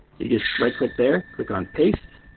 you just right click there. click on paste.